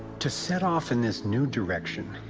to set off in this new direction,